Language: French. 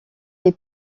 est